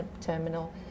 terminal